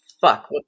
Fuck